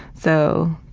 so,